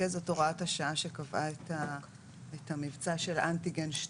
זו הוראת השעה שקבעה את המבצע של אנטיגן 2,